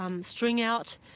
string-out